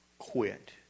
Quit